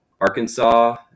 Arkansas